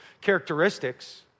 characteristics